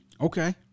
okay